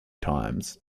times